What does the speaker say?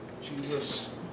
Jesus